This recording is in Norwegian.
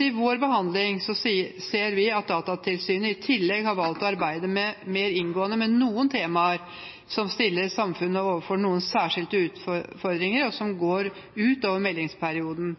I vår behandling ser vi at Datatilsynet i tillegg har valgt å arbeide mer inngående med noen temaer som stiller samfunnet overfor noen særskilte utfordringer, og som går utover meldingsperioden.